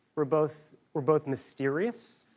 we're both we're both mysterious,